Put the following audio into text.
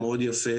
מאוד יפה,